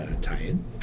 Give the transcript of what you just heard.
tie-in